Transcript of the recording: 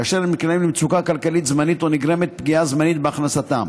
כאשר הם נקלעים למצוקה כלכלית זמנית או נגרמת פגיעה זמנית בהכנסתם,